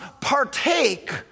partake